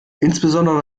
insbesondere